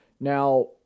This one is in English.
Now